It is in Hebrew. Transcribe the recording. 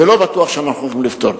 ולא בטוח שאנחנו יכולים לפתור.